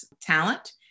talent